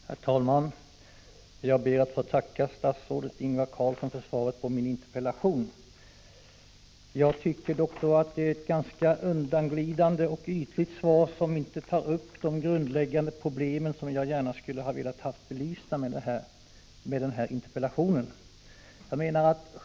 Herr talman! Jag ber att få tacka statsrådet Ingvar Carlsson för svaret på min interpellation. Jag tycker dock att det var ett ganska undanglidande och ytligt svar, som inte tar upp de grundläggande problem som jag gärna skulle ha velat få belysta.